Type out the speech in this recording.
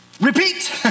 repeat